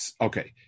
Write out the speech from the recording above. Okay